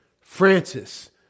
Francis